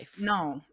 No